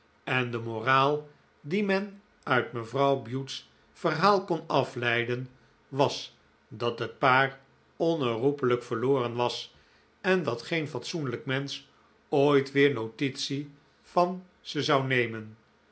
en de moraal die men uit mevrouw bute's verhaal kon afleiden was dat het paar onherroepelijk verloren was en dat geen fatsoenlijk mensch ooit weer notitie van ze zou nemen